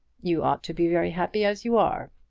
you ought to be very happy as you are.